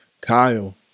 Kyle